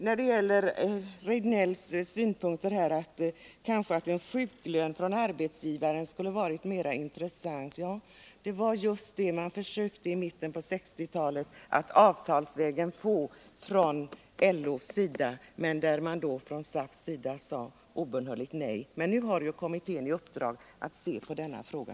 Eric Rejdnell framförde synpunkten att en sjuklön från arbetsgivaren kanske skulle ha varit en mera intressant lösning. Det var just vad LO i mitten på 1960-talet försökte att få igenom avtalsvägen, men från SAF:s sida sade man då obönhörligt nej. Nu har emellertid kommittén fått i uppdrag att se på också denna fråga.